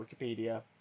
wikipedia